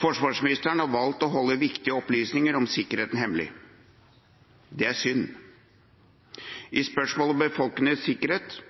Forsvarsministeren har valgt å holde viktige opplysninger om sikkerheten hemmelig. Det er synd. I spørsmål om befolkningens sikkerhet